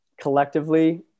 collectively